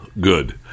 good